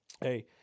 hey